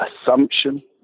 assumption